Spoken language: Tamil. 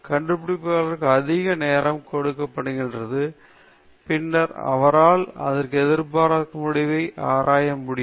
கண்டுபிடிப்பாளருக்கு அதிக நேரம் கொடுக்கப்பட்டிருந்தால் பின்னர் அவரால் இந்த எதிர்பாராத முடிவை ஆராய முடியும்